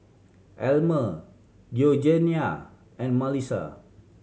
Elmer Georgiana and Malissa